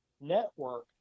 network